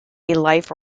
life